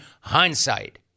hindsight